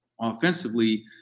offensively